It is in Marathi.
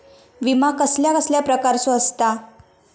विमा कसल्या कसल्या प्रकारचो असता?